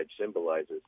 symbolizes